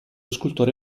scultore